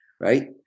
right